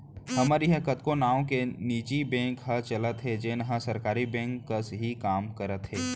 हमर इहॉं कतको नांव ले निजी बेंक ह चलत हे जेन हर सरकारी बेंक कस ही काम करत हे